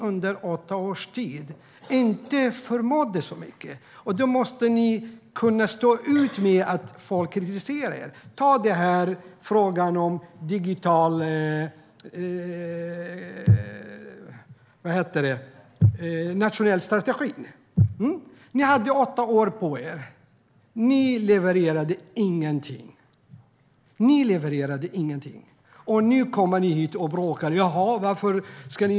Under åtta års tid förmådde ni inte så mycket, och då måste ni stå ut med att folk kritiserar er. Titta på den nationella strategin för digitalisering. Ni hade åtta år på er. Ni levererade ingenting. Nu kommer ni hit och bråkar.